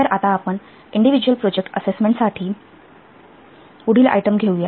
तर आता आपण इंडीव्हिजुअल प्रोजेक्ट असेसमेंटसाठी पुढील आयटम घेऊयात